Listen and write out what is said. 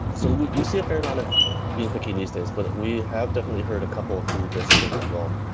so we we see a fair amount of being picky these days, but we have definitely heard a couple who just think, well,